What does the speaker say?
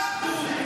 כולכם,